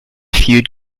feud